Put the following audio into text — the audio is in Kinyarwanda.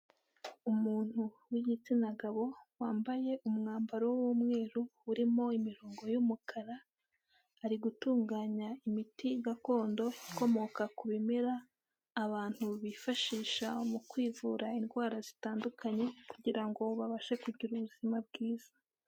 Umuntu w'igitsina gabo wambaye umwambaro w'umweru, urimo imirongo y'umukara, ari gutunganya imiti gakondo ikomoka ku bimera, abantu bifashisha mu kwivura indwara zitandukanye kugira ngo babashe kugira ubuzima bwiza.